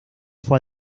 fue